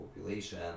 population